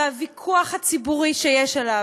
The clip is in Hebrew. והוויכוח הציבורי שיש עליו,